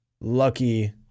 lucky